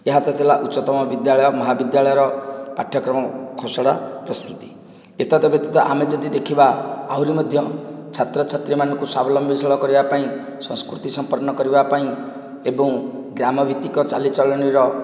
ଏହା ତ ଥିଲା ଉଚ୍ଚତମ ବିଦ୍ୟାଳୟ ମହାବିଦ୍ୟାଳୟର ପାଠ୍ୟକ୍ରମ ଖସଡ଼ା ପ୍ରସ୍ତୁତି ଏତଦ୍ ବ୍ୟତୀତ ଆମେ ଯଦି ଦେଖିବା ଆହୁରି ମଧ୍ୟ ଛାତ୍ରଛାତ୍ରୀ ମାନଙ୍କୁ ସ୍ୱାବଲମ୍ବୀଶିଳ କରିବାପାଇଁ ସଂସ୍କୃତି ସମ୍ପନ୍ନ କରିବାପାଇଁ ଏବଂ ଗ୍ରାମାଭିତ୍ତିକ ଚାଲିଚଳଣୀର